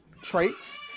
traits